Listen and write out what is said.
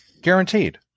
Guaranteed